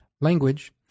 language